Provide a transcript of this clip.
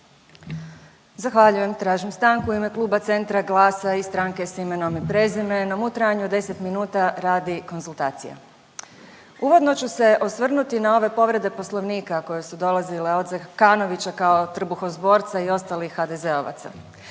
Zahvaljujem. Tražim stanku u ime Kluba Centra, GLAS-a i Stranke s imenom i prezimenom u trajanju od 10 minuta radi konzultacija. Uvodno ću se osvrnuti na ove povrede Poslovnika koje su dolazile od Zekanovića kao trbuhozborca i ostalih HDZ-ovaca.